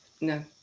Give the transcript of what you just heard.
No